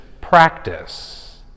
practice